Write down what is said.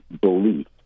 belief